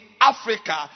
Africa